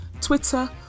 Twitter